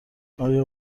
آیا